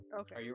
Okay